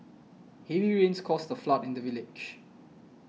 heavy rains caused a flood in the village